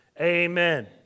Amen